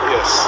Yes